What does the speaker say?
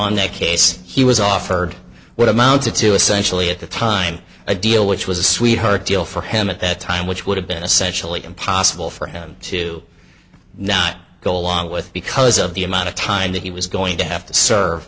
a case he was offered what amounted to essentially at the time a deal which was a sweetheart deal for him at that time which would have been essentially impossible for him to not go along with because of the amount of time that he was going to have to serve